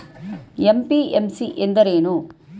MPMC ಎಂದರೇನು?